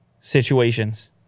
situations